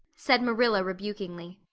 said marilla rebukingly.